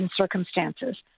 circumstances